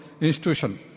institution